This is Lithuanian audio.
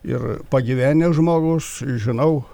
ir pagyvenęs žmogus žinau